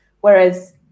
Whereas